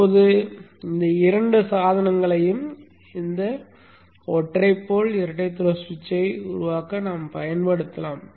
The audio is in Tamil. இப்போது இந்த இரண்டு சாதனங்களையும் இந்த ஒற்றை போல் இரட்டை த்ரோக்கள் சுவிட்சை உருவாக்க பயன்படுத்தலாம்